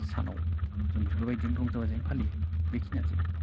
सानाव जों बेफोरबायदिनो रंजा बाजायै फालियो बेखिनियानोसै